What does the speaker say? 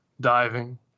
diving